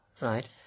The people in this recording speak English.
right